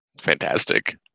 fantastic